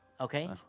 Okay